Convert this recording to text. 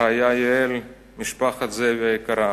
הרעיה יעל, משפחת זאבי היקרה,